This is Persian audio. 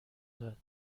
داد